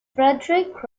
frederick